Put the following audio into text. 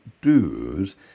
do's